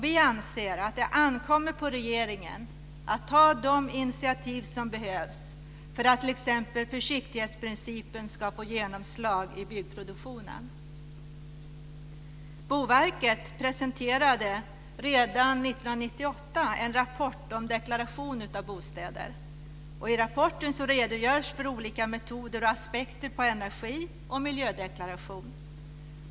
Vi anser att det ankommer på regeringen att ta de initiativ som behövs för att t.ex. försiktighetsprincipen ska få genomslag i byggproduktionen. Boverket presenterade redan 1998 en rapport om deklaration av bostäder. I rapporten redogörs för olika metoder och aspekter på energi och miljödeklaration.